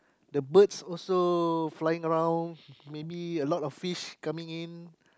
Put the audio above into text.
the birds also flying around maybe a lot of fish coming in